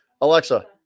alexa